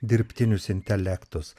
dirbtinius intelektus